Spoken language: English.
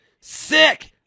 sick